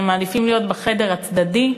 הם מעדיפים להיות בחדר הצדדי,